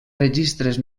registres